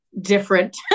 different